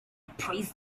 pressed